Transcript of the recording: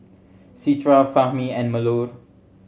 Citra Fahmi and Melur